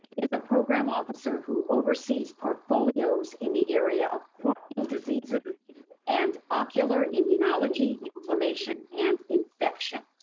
is a program officer who oversees portfolios in the area of corneal diseases and ocular immunology inflammation and infection.